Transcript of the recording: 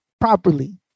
properly